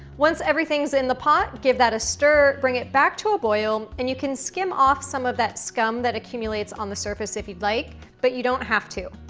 once everything's in the pot, give that a stir, stir, bring it back to a boil and you can skim off some of that scum that accumulates on the surface if you'd like, but you don't have to.